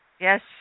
Yes